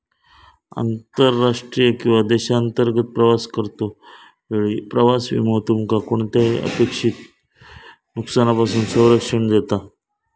आंतरराष्ट्रीय किंवा देशांतर्गत प्रवास करतो वेळी प्रवास विमो तुमका कोणताही अनपेक्षित नुकसानापासून संरक्षण देता